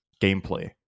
gameplay